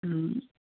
হুম